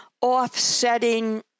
offsetting